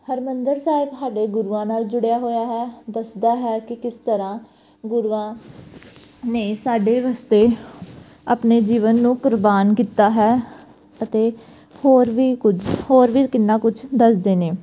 ਹਰਿਮੰਦਰ ਸਾਹਿਬ ਸਾਡੇ ਗੁਰੂਆਂ ਨਾਲ ਜੁੜਿਆ ਹੋਇਆ ਹੈ ਦੱਸਦਾ ਹੈ ਕਿ ਕਿਸ ਤਰ੍ਹਾਂ ਗੁਰੂਆਂ ਨੇ ਸਾਡੇ ਵਾਸਤੇ ਆਪਣੇ ਜੀਵਨ ਨੂੰ ਕੁਰਬਾਨ ਕੀਤਾ ਹੈ ਅਤੇ ਹੋਰ ਵੀ ਕੁਝ ਹੋਰ ਵੀ ਕਿੰਨਾ ਕੁਝ ਦੱਸਦੇ ਨੇ